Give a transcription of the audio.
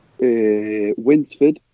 Winsford